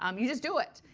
um you just do it.